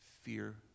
fear